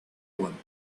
one